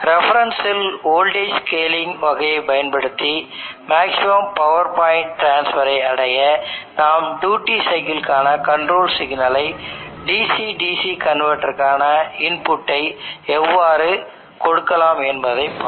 reference cell voltage scaling வகையை பயன்படுத்தி maximum power point டிரான்ஸ்பரை அடைய நாம் ட்யூட்டி சைக்கிள் க்கான கண்ட்ரோல் சிக்னலை DC DC கன்வெர்ட்டருக்கான இன்புட்டை எவ்வாறு கொடுக்கலாம் என்பதைப் பார்ப்போம்